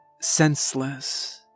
senseless